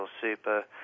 super